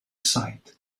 site